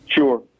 Sure